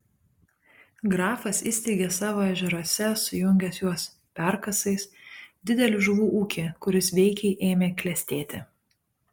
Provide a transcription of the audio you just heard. grafas įsteigė savo ežeruose sujungęs juos perkasais didelį žuvų ūkį kuris veikiai ėmė klestėti